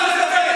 יהלומים, צא, צא,